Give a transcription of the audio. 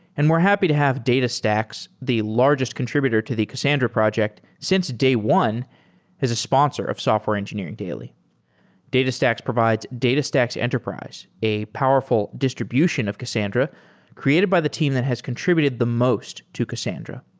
and we're happy to have datastax, the largest contributed to the cassandra project since day one as a sponsor of software engineering daily datastax provides datastax enterprise, a powerful distribution of cassandra created by the team that has contributed the most to cassandra.